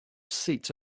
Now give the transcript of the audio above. seats